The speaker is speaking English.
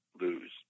lose